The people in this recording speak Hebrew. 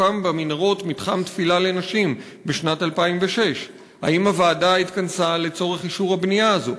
הוקם במנהרות מתחם תפילה לנשים בשנת 2006. האם הוועדה התכנסה לצורך אישור הבנייה הזאת?